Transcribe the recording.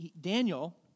Daniel